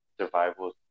survival